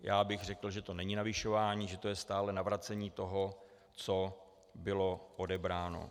Já bych řekl, že to není navyšování, že to je stále navracení toho, co bylo odebráno.